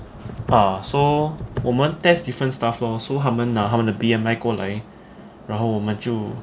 ya so 我们 test different stuff lor so 他们拿他们的 B_M_I 过来然后我们就